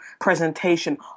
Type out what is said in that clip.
presentation